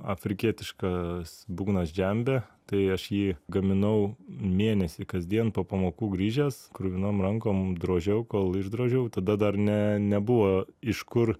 afrikietiškas būgnas džembe tai aš jį gaminau mėnesį kasdien po pamokų grįžęs kruvinom rankom drožiau kol išdrožiau tada dar ne nebuvo iš kur